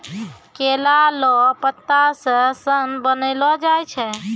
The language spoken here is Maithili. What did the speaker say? केला लो पत्ता से सन बनैलो जाय छै